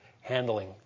handling